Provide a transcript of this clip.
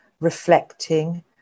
reflecting